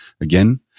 Again